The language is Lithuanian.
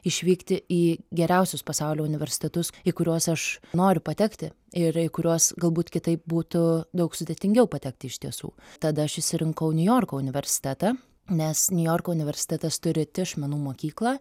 išvykti į geriausius pasaulio universitetus į kuriuos aš noriu patekti ir į kuriuos galbūt kitaip būtų daug sudėtingiau patekti iš tiesų tada aš išsirinkau niujorko universitetą nes niujorko universitetas turi tiš menų mokyklą